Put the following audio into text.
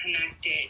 connected